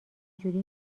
جوری